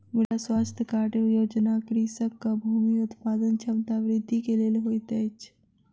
मृदा स्वास्थ्य कार्ड योजना कृषकक भूमि उत्पादन क्षमता वृद्धि के लेल होइत अछि